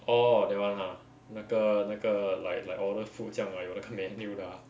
orh that [one] ah 那个那个 like like order food 这样 lah 有那个 menu 的 ah